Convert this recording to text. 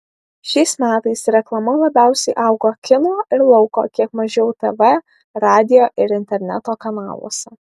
šiais metais reklama labiausiai augo kino ir lauko kiek mažiau tv radijo ir interneto kanaluose